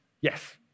Yes